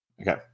Okay